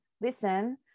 listen